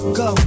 go